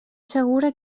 segura